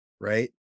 right